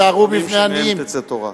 היזהרו בבני עניים שמהם תצא תורה.